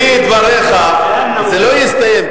זה לא יסתיים,